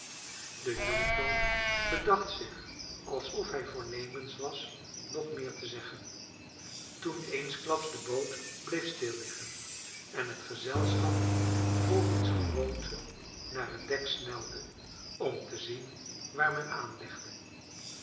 de jonkman bedacht zich alsof hij voornemens was nog meer te zeggen toen eensklaps de boot bleef stil liggen en het gezelschap volgens gewoonte naar het dek snelde om te zien waar men aanlegde